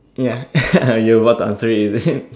ya you were about to answer it is it